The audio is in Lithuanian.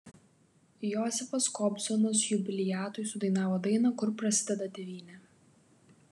josifas kobzonas jubiliatui sudainavo dainą kur prasideda tėvynė